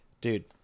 dude